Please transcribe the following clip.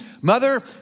mother